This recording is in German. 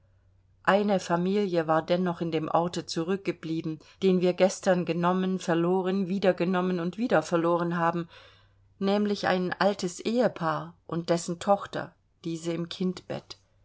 eine familie war dennoch in dem orte zurückgeblieben den wir gestern genommen verloren wieder genommen und wieder verloren haben nämlich ein altes ehepaar und dessen tochter diese im kindbett